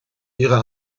ihre